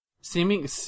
seeming